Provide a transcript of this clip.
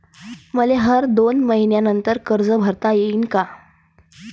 मले हर दोन मयीन्यानंतर कर्ज भरता येईन का?